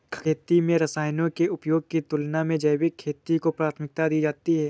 खेती में रसायनों के उपयोग की तुलना में जैविक खेती को प्राथमिकता दी जाती है